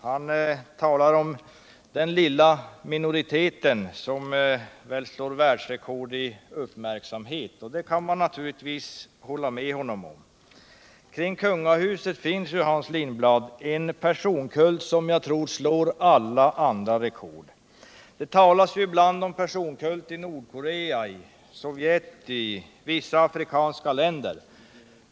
Han talar om den lilla minoritet som slår världsrekord i uppmärksamhet, och det kan man naturligtvis hålla med honom om. Kring kungahuset finns ju en personkult som jag tror slår alla andra rekord. Det talas ibland om personkult i Nordkorea, Sovjet och vissa afrikanska länder.